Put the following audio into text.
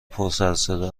پرسروصدا